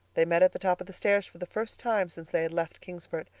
they met at the top of the stairs for the first time since they had left kingsport,